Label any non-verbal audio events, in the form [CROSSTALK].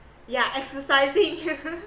yeah exercising [LAUGHS]